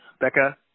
Becca